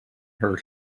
her